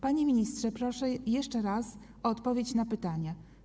Panie ministrze, proszę jeszcze raz o odpowiedź na pytania.